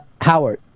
Howard